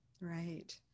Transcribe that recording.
Right